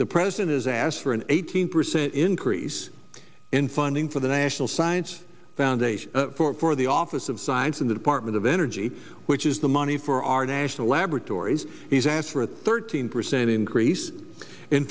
the president has asked for an eighteen percent increase in funding for the national science foundation for the office of science in the department of energy which is the money for our national laboratories he's asked for a thirteen percent increase in